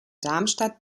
darmstadt